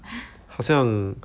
好像